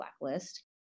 blacklist